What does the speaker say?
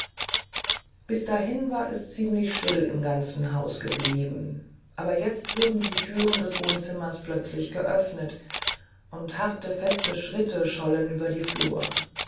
bis dahin war es ziemlich still im ganzen hause geblieben aber jetzt wurde die thür des wohnzimmers plötzlich geöffnet und harte feste schritte schollen durch die flur